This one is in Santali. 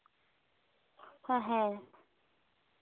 ᱦᱮᱸ